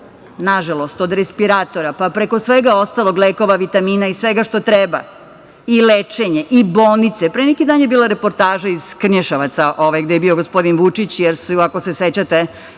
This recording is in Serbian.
nažalost od respiratora, pa preko svega ostalog lekova, vitamina i svega što treba, i lečenje i bolnice. Pre neki dan ne bila reportaža gde je bio gospodin Vučić, jer ako se sećate